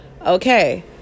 okay